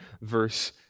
verse